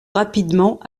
rapidement